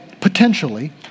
potentially